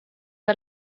pas